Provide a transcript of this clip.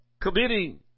committing